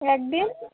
একদিন